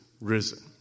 risen